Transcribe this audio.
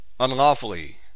unlawfully